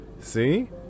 See